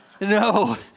No